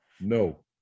No